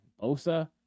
Bosa